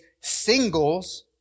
singles